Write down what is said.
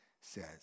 says